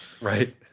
Right